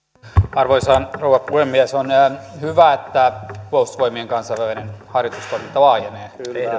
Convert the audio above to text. arvoisa rouva puhemies on hyvä että puolustusvoimien kansainvälinen harjoitustoiminta laajenee